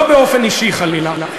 לא באופן אישי חלילה.